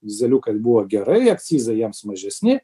dyzeliukai buvo gerai akcizai jiems mažesni